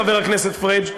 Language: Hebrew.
חבר הכנסת פריג',